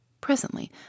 Presently